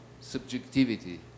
subjectivity